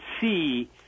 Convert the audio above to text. see